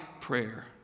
prayer